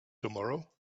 tomorrow